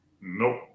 Nope